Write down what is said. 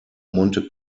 monte